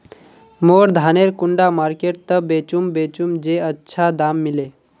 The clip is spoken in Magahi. मोर धानेर कुंडा मार्केट त बेचुम बेचुम जे अच्छा दाम मिले?